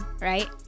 right